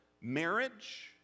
marriage